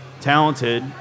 talented